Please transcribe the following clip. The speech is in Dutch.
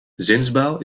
zinsbouw